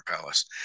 Palace